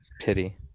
Pity